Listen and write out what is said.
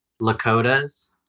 Lakota's